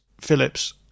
Phillips